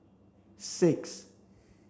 six